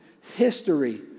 history